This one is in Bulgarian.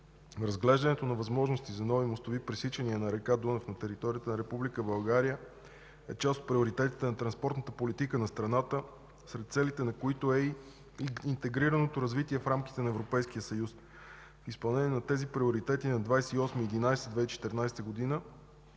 разглеждането на възможности за нови мостови пресичания на река Дунав на територията на Република България е част от приоритетите на транспортната политика на страната, сред целите на които е и интегрираното развитие в рамките на Европейския съюз. В изпълнение на тези приоритети на 28 ноември